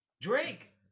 Drake